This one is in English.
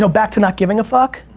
so back to not giving a fuck,